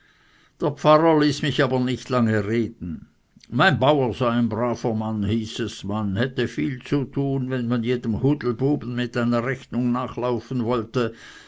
der pfarrer ließ mich aber nicht lange reden mein bauer sei ein braver mann hieß es man hätte viel zu tun wenn man jedem hudelbuben mit einer rechnung nachlaufen wollte